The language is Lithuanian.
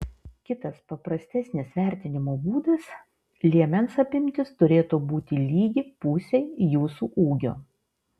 kitas paprastesnis vertinimo būdas liemens apimtis turėtų būti lygi pusei jūsų ūgio